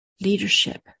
leadership